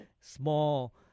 small